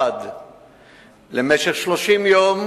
1. למשך 30 יום,